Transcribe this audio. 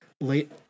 late